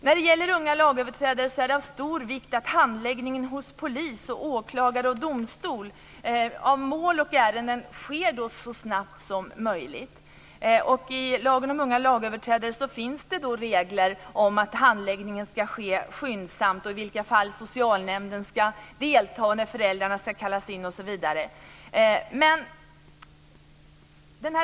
När det gäller unga lagöverträdare är det av stor vikt att handläggningen hos polis, åklagare och domstol av mål och ärenden sker så snabbt som möjligt. I lagen om unga lagöverträdare finns det regler om att handläggningen ska ske skyndsamt. Det finns regler om i vilka fall socialnämnden ska delta, när föräldrarna ska kallas in osv.